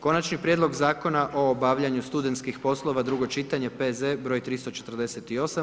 Konačni prijedlog Zakona o obavljanju studentskih poslova, drugo čitanje, P.Z. br. 348.